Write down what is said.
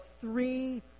three